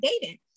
dating